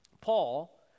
Paul